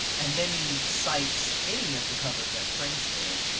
and then he cites any of the covers that prince did,